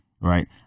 Right